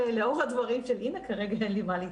אבל לאור הדברים של אינה, כרגע אין לי מה להתייחס.